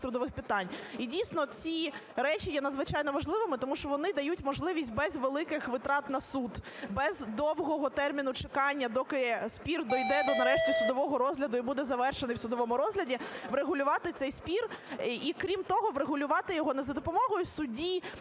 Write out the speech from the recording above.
трудових питань. І, дійсно, ці речі є надзвичайно важливими, тому що вони дають можливість без великих витрат на суд, без довгого терміну чекання, доки спір дійде нарешті до судового розгляду і буде завершений в судовому розгляді, врегулювати цей спір. І, крім того, врегулювати його не за допомогою судді,